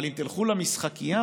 אבל אם תלכו למשחקייה,